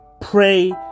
pray